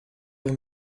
been